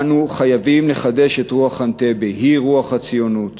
אנו חייבים לחדש את רוח אנטבה, היא רוח הציונות.